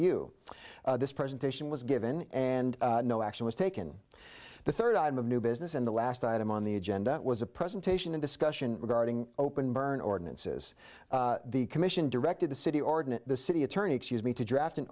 you this presentation was given and no action was taken the third item of new business and the last item on the agenda was a presentation in discussion regarding open burn ordinances the commission directed the city ordinance the city attorney excuse me to draft an